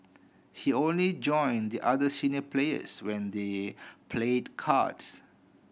he only join the other senior players when they played cards